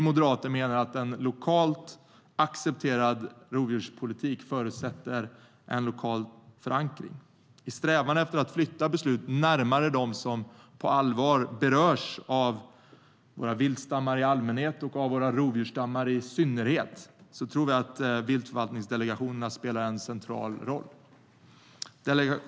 Vi moderater menar att en lokalt accepterad rovdjurspolitik förutsätter en lokal förankring. I strävan efter att flytta beslut närmare dem som på allvar berörs av våra viltstammar i allmänhet och av våra rovdjursstammar i synnerhet tror vi att viltförvaltningsdelegationerna spelar en central roll.